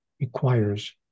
requires